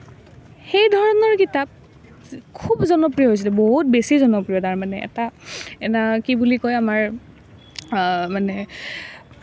সেই ধৰণৰ কিতাপ খুব জনপ্ৰিয় হৈছিলে বহুত বেছি জনপ্ৰিয় তাৰমানে এটা এটা কি বুলি কয় আমাৰ মানে